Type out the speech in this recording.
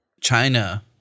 China